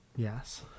Yes